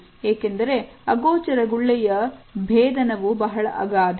ಏಕೆಂದರೆ ಆಗೋಚರ ಗುಳ್ಳೆಯ ವೇತನವು ಬಹಳ ಅಗಾಧ